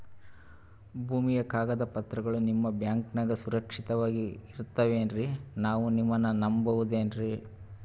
ಭೂಮಿಯ ಕಾಗದ ಪತ್ರಗಳು ನಿಮ್ಮ ಬ್ಯಾಂಕನಾಗ ಸುರಕ್ಷಿತವಾಗಿ ಇರತಾವೇನ್ರಿ ನಾವು ನಿಮ್ಮನ್ನ ನಮ್ ಬಬಹುದೇನ್ರಿ?